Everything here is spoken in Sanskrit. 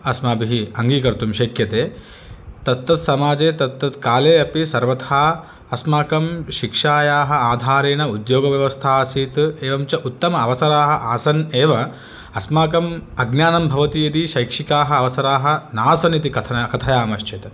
अस्माभिः अङ्गीकर्तुं शक्यते तत् तत् समाजे तत् तत् काले अपि सर्वथा अस्माकं शिक्षायाः आधारेण उद्योगव्यवस्था आसीत् च उत्तम अवसराः आसन् एव अस्माकं अज्ञानं भवति इति शैक्षिकाः अवसराः नासन् इति कथन् कथयामश्चेत्